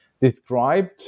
described